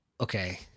Okay